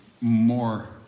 more